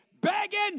begging